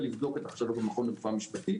לבדוק את החשדות במכון לרפואה משפטית.